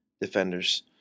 defenders